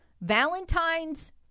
Valentine's